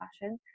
fashion